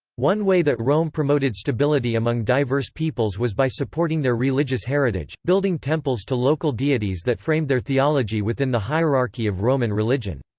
one way that rome promoted stability among diverse peoples peoples was by supporting their religious heritage, building temples to local deities that framed their theology within the hierarchy of roman religion.